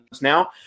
now